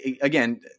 Again